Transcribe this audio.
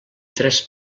tres